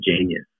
genius